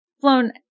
flown